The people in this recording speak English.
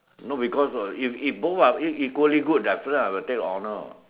no because of if if both are equally good that after that I will take the honor what